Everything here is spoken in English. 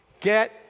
get